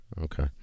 okay